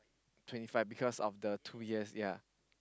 twenty five because of the two years ya